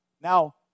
Now